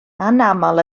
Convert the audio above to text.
anaml